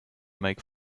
make